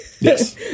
Yes